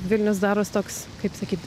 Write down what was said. vilnius darosi toks kaip sakyti